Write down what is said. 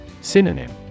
Synonym